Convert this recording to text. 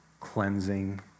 cleansing